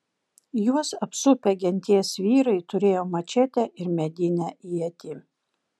juos apsupę genties vyrai turėjo mačetę ir medinę ietį